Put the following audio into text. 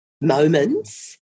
moments